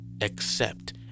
Accept